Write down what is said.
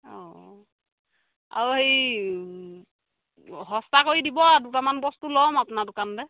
অঁ আৰু সেই সস্তা কৰি দিব আৰু দুটামান বস্তু লম আপোনাৰ দোকানতে